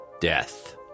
death